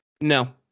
No